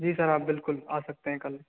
जी sir आप बिल्कुल आ सकते है कल